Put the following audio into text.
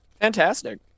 Fantastic